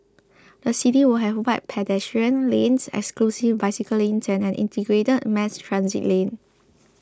the city will have wide pedestrian lanes exclusive bicycle lanes and an integrated mass transit lane